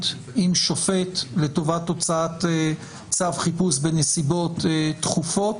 עם שופט לטובת הוצאת צו חיפוש בנסיבות דחופות.